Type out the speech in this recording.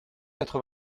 quatre